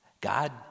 God